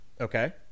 Okay